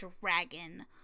dragon